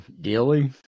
daily